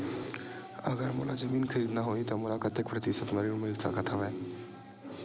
अगर मोला जमीन खरीदना होही त मोला कतेक प्रतिशत म ऋण मिल सकत हवय?